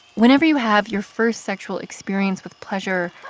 whenever you have your first sexual experience with pleasure,